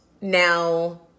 now